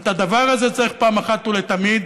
ואת הדבר הזה צריך פעם אחת ולתמיד